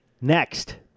Next